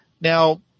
Now